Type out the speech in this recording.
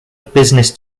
business